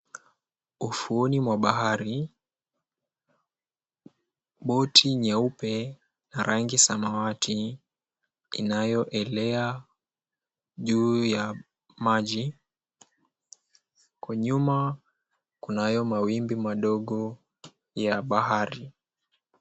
Ufuoni mwa bahari boti nyeupe rangi samawati inayoelea juu ya maji. Kwa nyuma kunayo mawimbi madogo ya bahari.